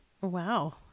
Wow